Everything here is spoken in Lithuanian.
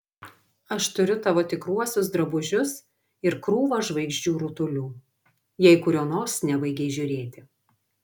aš turiu tavo tikruosius drabužius ir krūvą žvaigždžių rutulių jei kurio nors nebaigei žiūrėti